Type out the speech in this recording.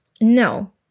No